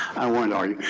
i won't argue.